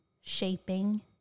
shaping